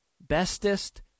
bestest